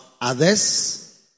others